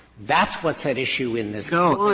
that's what's at issue in this